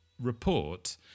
report